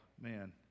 man